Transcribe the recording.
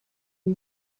you